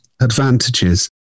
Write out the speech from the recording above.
advantages